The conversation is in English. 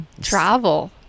travel